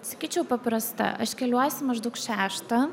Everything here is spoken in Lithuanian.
sakyčiau paprasta aš keliuosi maždaug šeštą